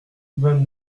vingt